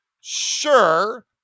Sure